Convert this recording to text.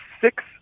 six